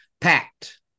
packed